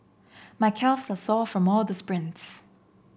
my calves are sore from all the sprints